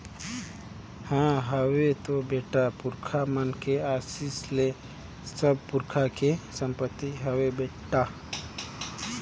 हां हवे तो बेटा, पुरखा मन के असीस ले सब पुरखा के संपति हवे बेटा